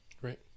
Great